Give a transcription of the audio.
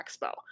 expo